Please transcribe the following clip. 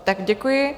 Tak děkuji.